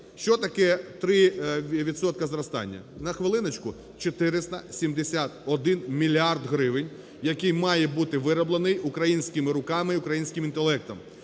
Що таке 3 відсотки зростання? На хвилиночку, 471 мільярд гривень, який має бути вироблений українськими руками і українським інтелектом.